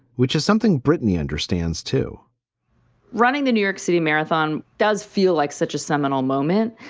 which is something brittany understands to running the new york city marathon does feel like such a seminal moment.